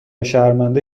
شرمنده